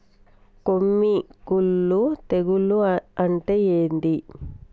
కొమ్మి కుల్లు తెగులు అంటే ఏంది?